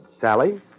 Sally